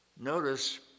Notice